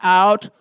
out